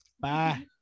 Bye